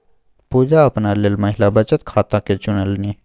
पुजा अपना लेल महिला बचत खाताकेँ चुनलनि